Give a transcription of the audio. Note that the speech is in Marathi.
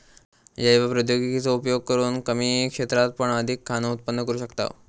जैव प्रौद्योगिकी चो उपयोग करून कमी क्षेत्रात पण अधिक खाना उत्पन्न करू शकताव